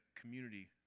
community